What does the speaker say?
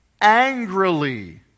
angrily